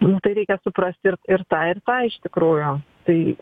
nu tai reikia suprast ir ir tą ir tą iš tikrųjų tai